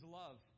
love